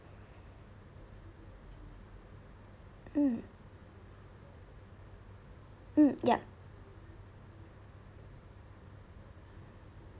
mm mm ya